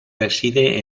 reside